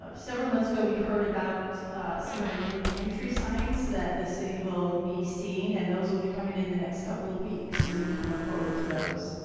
several months ago you heard about some of the new entry signs that the city will be seen and those will be coming in the next couple a week so you can look forward to those